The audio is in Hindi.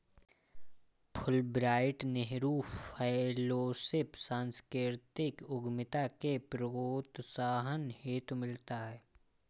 फुलब्राइट नेहरू फैलोशिप सांस्कृतिक उद्यमिता के प्रोत्साहन हेतु मिलता है